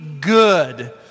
good